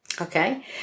okay